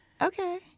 Okay